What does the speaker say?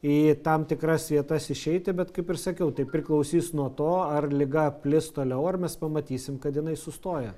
į tam tikras vietas išeiti bet kaip ir sakiau tai priklausys nuo to ar liga plis toliau ar mes pamatysim kad jinai sustojo